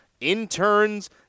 interns